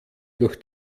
durch